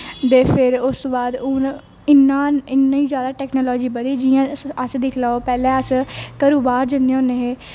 दे फिर उस वाद हून इना इनी ज्यादा टोक्नोलाॅजी बधी जियां अस दिक्खी लो पहले अस घरो बाहर जन्ने होन्ने है